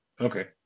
Okay